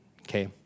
okay